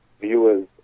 viewers